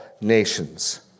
nations